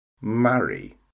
marry